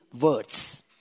words